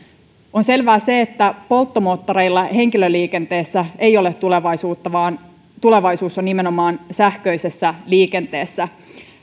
on selvää että polttomoottoreilla henkilöliikenteessä ei ole tulevaisuutta vaan tulevaisuus on nimenomaan sähköisessä liikenteessä